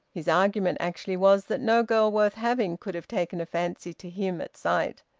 his argument actually was that no girl worth having could have taken a fancy to him at sight.